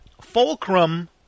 Fulcrum